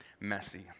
messy